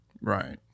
Right